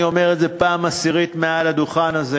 אני אומר את זה פעם עשירית מעל הדוכן הזה,